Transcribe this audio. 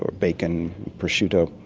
bacon, prosciutto,